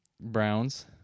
Browns